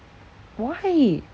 why